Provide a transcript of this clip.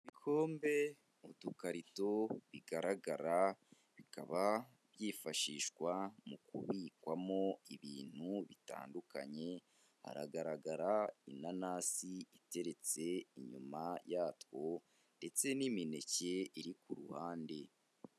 Ibikombe mudukarito bigaragara bikaba byifashishwa mu kubikwamo ibintu bitandukanye hagaragara inanasi iteretse inyuma yatwo ndetse n'imineke iri ku ruhande.